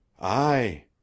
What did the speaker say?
Aye